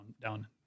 down